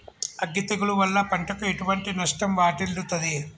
అగ్గి తెగులు వల్ల పంటకు ఎటువంటి నష్టం వాటిల్లుతది?